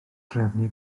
drefnu